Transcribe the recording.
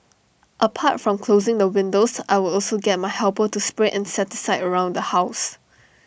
apart from closing the windows I would also get my helper to spray insecticide around the house